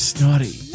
Snotty